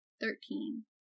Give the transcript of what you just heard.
Thirteen